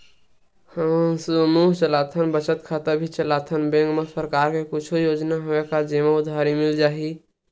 हमन समूह चलाथन बचत खाता भी चलाथन बैंक मा सरकार के कुछ योजना हवय का जेमा उधारी मिल जाय?